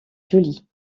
jolie